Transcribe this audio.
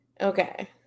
Okay